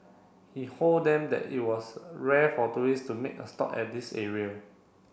he hold them that it was rare for tourists to make a stop at this area